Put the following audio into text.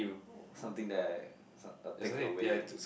oh something that I some a takeaway